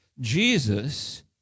Jesus